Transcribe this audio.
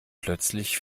plötzlich